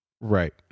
Right